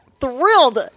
Thrilled